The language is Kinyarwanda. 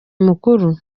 mukuru